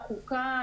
חוקה,